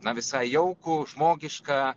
na visai jaukų žmogišką